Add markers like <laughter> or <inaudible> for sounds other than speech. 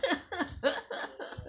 <laughs>